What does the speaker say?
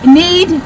need